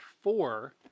four